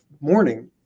morning